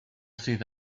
sydd